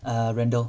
err randall